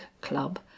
club